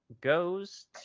goes